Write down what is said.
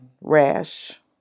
rash